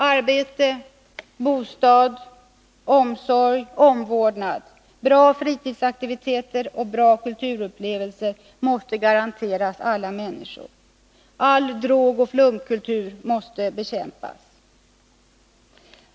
Arbete, bostad, omsorg och omvårdnad, bra fritidsaktiviteter och bra kulturupplevelser måste garanteras alla människor. All drogoch flumkultur måste bekämpas.